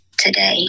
Today